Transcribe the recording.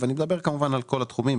ואני מדבר כמובן על כל התחומים,